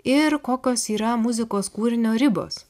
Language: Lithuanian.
ir kokios yra muzikos kūrinio ribos